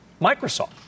Microsoft